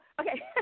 Okay